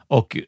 Och